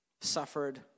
suffered